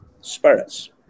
spirits